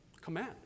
command